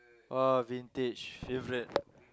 oh vintage favourite